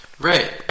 Right